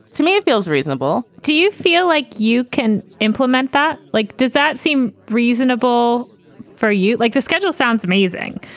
to me, it feels reasonable do you feel like you can implement that? like does that seem reasonable for you? like the schedule sounds amazing,